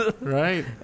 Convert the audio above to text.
right